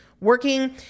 working